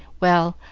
well,